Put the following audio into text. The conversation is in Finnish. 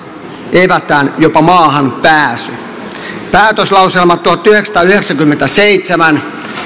evätään jopa maahan pääsy päätöslauselma tuhatyhdeksänsataayhdeksänkymmentäseitsemän